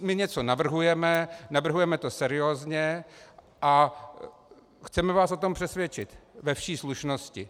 My něco navrhujeme, navrhujeme to seriózně a chceme vás o tom přesvědčit ve vší slušnosti.